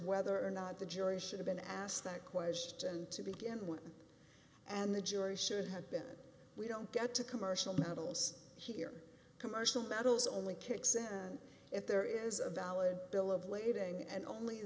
whether or not the jury should have been asked that question to begin with and the jury should have been we don't get to commercial battles here commercial battles only kicks and if there is a valid bill of lading and only